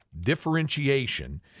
differentiation